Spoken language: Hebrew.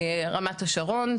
רמת השרון,